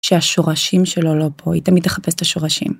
‫שהשורשים שלו לא פה, ‫היא תמיד תחפש את השורשים.